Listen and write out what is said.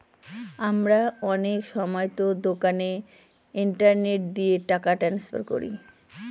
আমরা অনেক সময়তো দোকানে ইন্টারনেট দিয়ে টাকা ট্রান্সফার করি